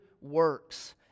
works